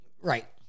right